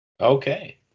Okay